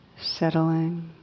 settling